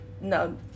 No